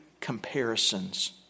comparisons